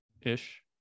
Ish